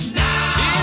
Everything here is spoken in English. now